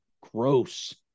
gross